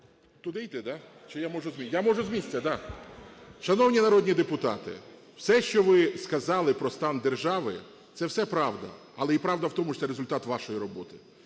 Туди йти, да, чи я можу з місця? Я можу з місця, да. Шановні народні депутати, все, що ви сказали про стан держави, – це все правда. Але й правда в тому, що це результат вашої роботи.